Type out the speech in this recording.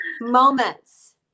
moments